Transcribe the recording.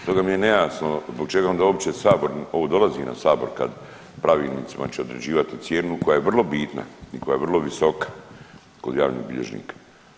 Stoga mi je nejasno zbog čega onda uopće sabor, ovo dolazi na sabor kad pravilnicima će određivati cijenu koja je vrlo bitna, koja je vrlo visoka kod javnih bilježnika.